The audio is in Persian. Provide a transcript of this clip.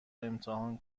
امتحان